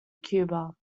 cuba